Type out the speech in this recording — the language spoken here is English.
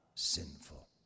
sinful